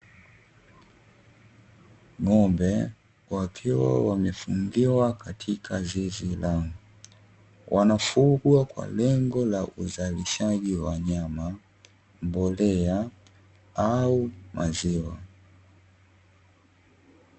Ng'ombe wakiwa wamefungiwa katika zizi lao, wanafugwa kwa lengo la uzalishaji wa nyama, mbolea, au maziwa.